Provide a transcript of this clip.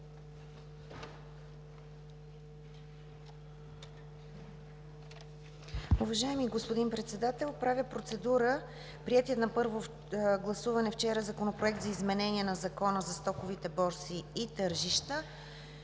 Уважаеми господин Председател, правя процедура приетият вчера на първо гласуване Законопроект за изменение на Закона за стоковите борси и тържища,